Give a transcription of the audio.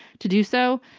to do so,